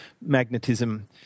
magnetism